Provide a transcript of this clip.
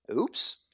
Oops